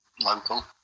Local